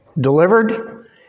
delivered